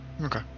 Okay